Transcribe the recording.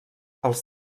els